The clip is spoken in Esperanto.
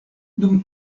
dum